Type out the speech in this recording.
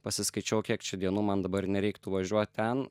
pasiskaičiau kiek čia dienų man dabar nereiktų važiuot ten